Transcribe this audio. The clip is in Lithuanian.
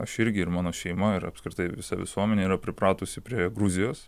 aš irgi ir mano šeima ir apskritai visa visuomenė yra pripratusi prie gruzijos